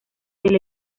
del